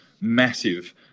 massive